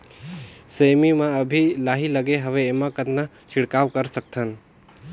सेमी म अभी लाही लगे हवे एमा कतना छिड़काव कर सकथन?